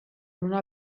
una